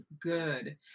good